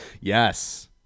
Yes